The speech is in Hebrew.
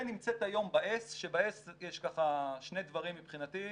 והיא נמצאת היום ב-S כשב-S יש שני דברים מבחינתי,